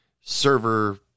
server